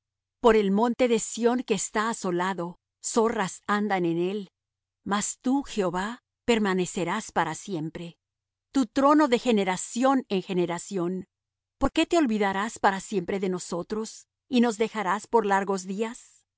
por el monte de sión que está asolado zorras andan en él mas tú jehová permanecerás para siempre tu trono de generación en generación por qué te olvidarás para siempre de nosotros y nos dejarás por largos días